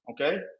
okay